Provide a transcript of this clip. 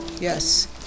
Yes